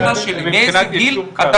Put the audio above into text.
שיש שינויים, אנחנו